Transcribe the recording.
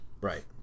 Right